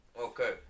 okay